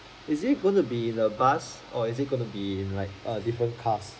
is it going to be the bus or is it gonna be like a different cars